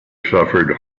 suffered